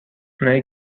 اونایی